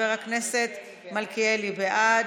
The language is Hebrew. חבר הכנסת מלכיאלי, בעד,